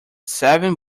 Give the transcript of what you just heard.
seven